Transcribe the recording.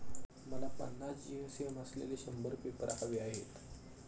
मला पन्नास जी.एस.एम असलेले शंभर पेपर हवे आहेत